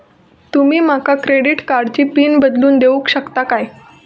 तुमी माका क्रेडिट कार्डची पिन बदलून देऊक शकता काय?